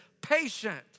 patient